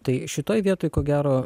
tai šitoj vietoj ko gero